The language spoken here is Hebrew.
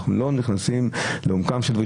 אנחנו לא נכנסים לעומקם של דברים.